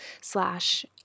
slash